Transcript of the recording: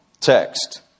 text